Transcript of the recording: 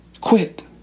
Quit